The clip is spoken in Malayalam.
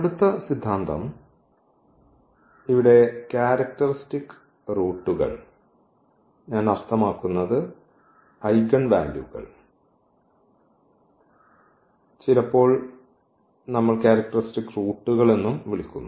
അടുത്ത സിദ്ധാന്തം ഇവിടെ ക്യാരക്ടറിസ്റ്റിക് റൂട്ടുകൾ ഞാൻ അർത്ഥമാക്കുന്നത് ഐഗൻ വാല്യൂകൾ ചിലപ്പോൾ നമ്മൾ ക്യാരക്ടറിസ്റ്റിക് റൂട്ടുകൾ എന്നും വിളിക്കുന്നു